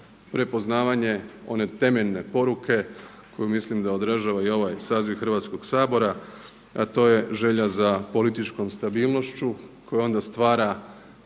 prepoznavanje one temeljene poruke koju mislim da održava i ovaj saziv Hrvatskog sabora a to je želja za političkom stabilnošću koja onda stvara